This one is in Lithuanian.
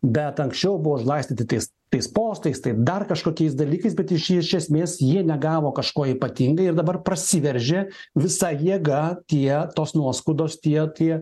bet anksčiau buvo užglaistyti tais tais postais tai dar kažkokiais dalykais bet iš iš esmės jie negavo kažko ypatingai ir dabar prasiveržė visa jėga tie tos nuoskaudos tie tie